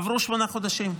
עברו שמונה חודשים.